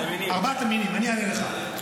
ארבעת המינים, אני אענה לך.